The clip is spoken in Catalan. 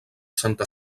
santa